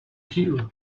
cue